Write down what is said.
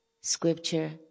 scripture